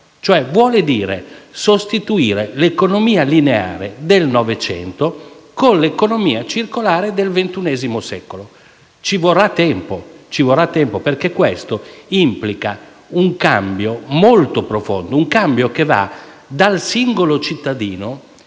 ossia sostituire l'economia lineare del Novecento con l'economia circolare del ventunesimo secolo. Ci vorrà tempo perché ciò implica un cambio molto profondo, che va dal singolo cittadino